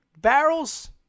Barrels